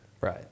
Right